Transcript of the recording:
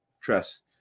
Trust